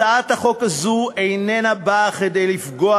הצעת החוק הזאת איננה באה כדי לפגוע